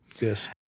Yes